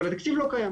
אבל התקציב לא קיים.